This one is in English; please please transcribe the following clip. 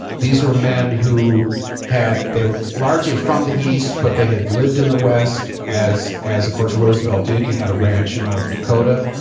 these were men who had, they were largely from the east, but they had lived in the west as as of course roosevelt did. he had a ranch in north dakota,